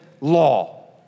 law